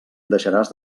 deixaràs